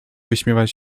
wyśmiewać